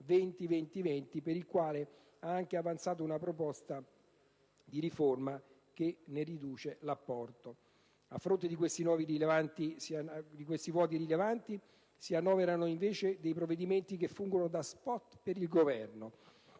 20-20-20, per il quale ha anche avanzato una proposta di riforma che ne riduce l'apporto. A fronte di questi vuoti rilevanti, si annoverano invece dei provvedimenti che fungono da *spot* per il Governo: